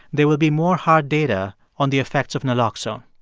there will be more hard data on the effects of naloxone.